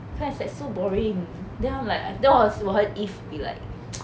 so it's like so boring then I'm like then was~ 我我和 eve be like